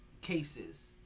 cases